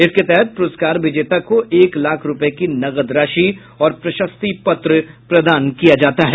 इसके तहत प्रस्कार विजेता को एक लाख रूपये की नकद राशि और प्रशस्ति पत्र प्रदान किया जाता है